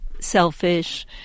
selfish